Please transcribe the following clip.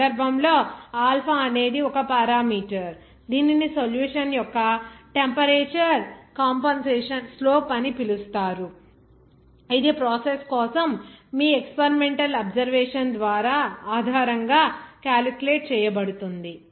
ఈ సందర్భంలో ఆల్ఫా అనేది ఒక పారామీటర్ దీనిని సొల్యూషన్ యొక్క టెంపరేచర్ కాంపెన్సషన్ స్లోప్ అని పిలుస్తారు ఇది ప్రాసెస్ కోసం మీ ఎక్స్పెరిమెంటల్ ఆబ్సెర్వేషన్ ఆధారంగా క్యాలిక్యులేట్ చేయబడుతుంది